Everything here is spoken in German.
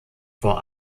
vor